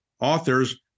authors